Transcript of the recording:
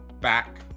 back